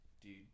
dude